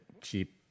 cheap